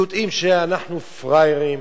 כי יודעים שאנחנו פראיירים,